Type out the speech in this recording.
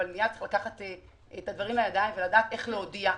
אבל צריך מייד לקחת את הדברים לידיים ולדעת איך להודיע.